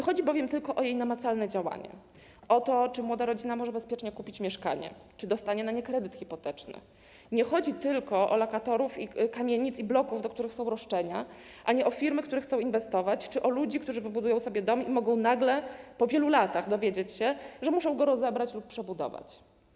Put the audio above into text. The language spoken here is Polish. Chodzi bowiem nie tylko o jej namacalne działanie, o to, czy młoda rodzina może bezpiecznie kupić mieszkanie, czy dostanie na nie kredyt hipoteczny, chodzi nie tylko o lokatorów kamienic i bloków, do których są roszczenia, o firmy, które chcą inwestować, czy o ludzi, którzy wybudują sobie dom i mogą po wielu latach nagle dowiedzieć się, że muszą go rozebrać lub przebudować.